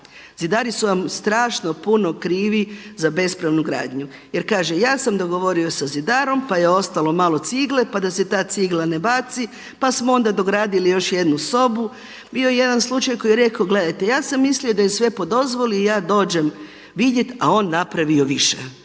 Zidari su vam strašno puno krivi za bespravnu gradnju jer kaže, ja sam dogovorio sa zidarom pa je ostalo malo cigle pa da se ta cigla ne baci, pa smo onda dogradili još jednu sobu. Bio je jedan slučaj koji je rekao: „Gledajte ja sam mislio da je sve po dozvoli i ja dođem vidjeti, a on napravio više.